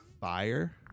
fire